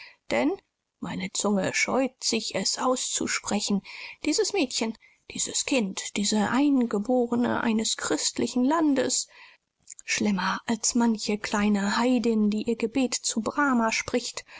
denn meine zunge scheut sich es auszusprechen dieses mädchen dieses kind diese eingeborene eines christlichen landes schlimmer als manche kleine heidin die ihr gebet zu brahma spricht